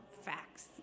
facts